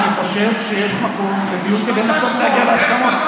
אני חושב שיש מקום לדיון כדי לנסות להגיע להסכמות.